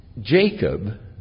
Jacob